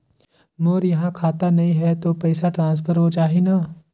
मोर इहां खाता नहीं है तो पइसा ट्रांसफर हो जाही न?